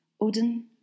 Odin